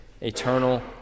eternal